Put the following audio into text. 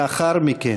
לאחר מכן,